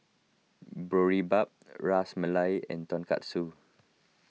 Boribap Ras Malai and Tonkatsu